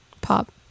pop